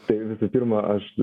tai visų pirma aš